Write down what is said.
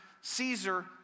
Caesar